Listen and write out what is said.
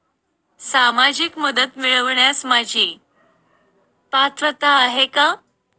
सामाजिक मदत मिळवण्यास माझी पात्रता आहे का?